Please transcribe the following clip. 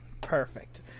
Perfect